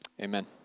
amen